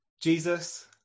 Jesus